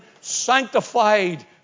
sanctified